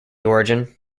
origin